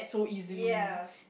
ya